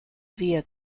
via